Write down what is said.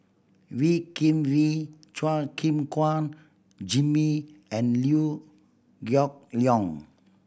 Wee Kim Wee Chua Gim Guan Jimmy and Liew Geok Leong